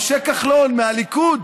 משה כחלון מהליכוד,